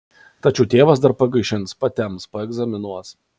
tačiau tėvas dar pagaišins patemps paegzaminuos